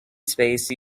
space